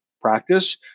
practice